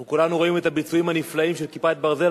אנחנו כולנו ראינו את הביצועים הנפלאים של "כיפת ברזל",